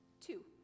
two